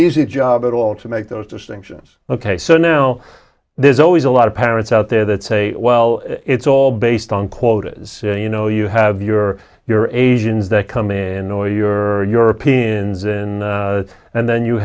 easy job at all to make those distinctions ok so now there's always a lot of parents out there that say well it's all based on quotas you know you have your eurasians that come in or your are europeans and and then you